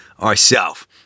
ourself